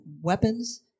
weapons